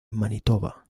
manitoba